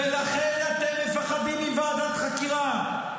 ולכן אתם מפחדים מוועדת חקירה.